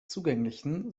zugänglichen